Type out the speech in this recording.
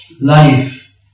life